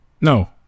No